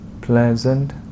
pleasant